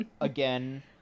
again